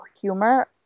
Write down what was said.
humor